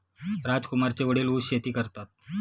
राजकुमारचे वडील ऊस शेती करतात